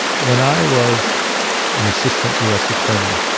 when i was an assistant us attorney,